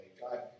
God